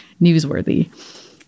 newsworthy